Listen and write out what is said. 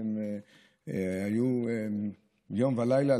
שהן היו יום ולילה,